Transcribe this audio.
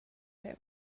him